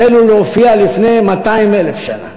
החלו להופיע לפני 200,000 שנה.